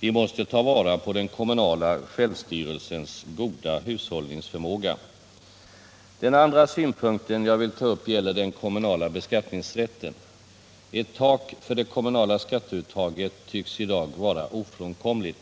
Vi måste ta vara på den kommunala självstyrelsens goda hushållningsförmåga. Den andra synpunkten gäller den kommunala beskattningsrätten. Ett tak för det kommunala skatteuttaget tycks i dag vara ofrånkomligt.